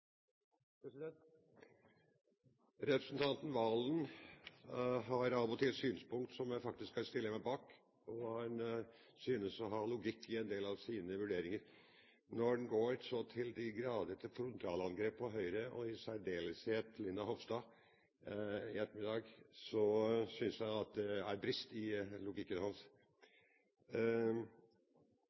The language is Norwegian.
vil. Representanten Serigstad Valen har av og til synspunkt som jeg faktisk stiller meg bak. Han synes å ha logikk i en del av sine vurderinger. Men når han går så til de grader til frontalangrep på Høyre og i særdeleshet på representanten Linda Hofstad Helleland i ettermiddag, synes jeg at det er en brist i logikken hans.